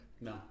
No